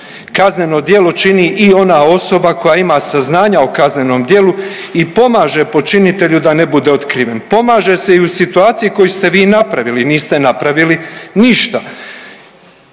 Kazneno djelo čini i ona osoba koja ima saznanja o kaznenom djelu i pomaže počinitelju da ne bude otkriven, pomaže se i u situaciji koju ste vi napravili, niste napravili ništa.